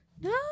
No